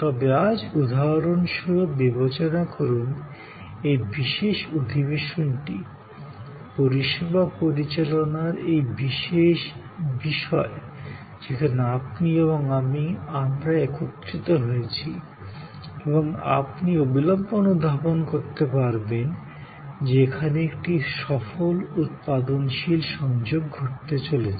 তবে আজ উদাহরণস্বরূপ বিবেচনা করুন এই বিশেষ অধিবেশনটি পরিষেবা পরিচালনার এই বিশেষ বিষয় যেখানে আপনি এবং আমি আমরা একত্রিত হয়েছি এবং আপনি অবিলম্বে অনুধাবন করতে পারবেন যে এখানে একটি সফল উৎপাদনশীল সংযোগ ঘটতে চলেছে